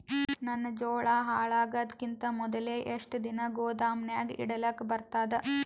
ನನ್ನ ಜೋಳಾ ಹಾಳಾಗದಕ್ಕಿಂತ ಮೊದಲೇ ಎಷ್ಟು ದಿನ ಗೊದಾಮನ್ಯಾಗ ಇಡಲಕ ಬರ್ತಾದ?